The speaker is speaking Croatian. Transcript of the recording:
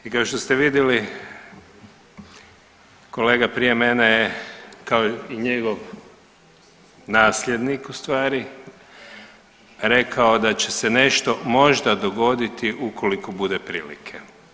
I kao što ste vidjeli kolega prije mene je kao i njegov nasljednik u stvari rekao da će se nešto možda dogoditi ukoliko bude prilike.